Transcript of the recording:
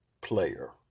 player